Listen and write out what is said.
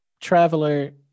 traveler